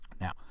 Now